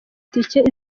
ticket